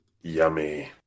Yummy